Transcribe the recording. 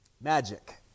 Magic